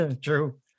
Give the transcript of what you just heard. True